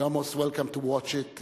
You are most welcome to watch it.